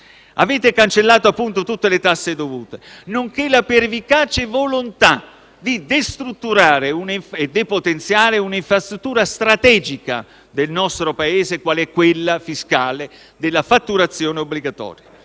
avete cancellato, appunto, tutte le tasse dovute, nonché la pervicace volontà di destrutturare e depotenziare una infrastruttura strategica del nostro Paese qual è quella fiscale della fatturazione obbligatoria.